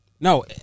no